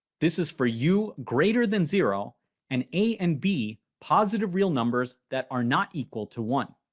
this is for u greater than zero and a and b positive real numbers that are not equal to one